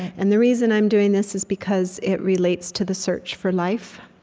and the reason i'm doing this is because it relates to the search for life,